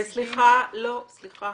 סליחה, לא להתפרץ.